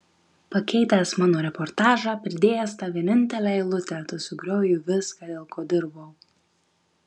pakeitęs mano reportažą pridėjęs tą vienintelę eilutę tu sugriovei viską dėl ko dirbau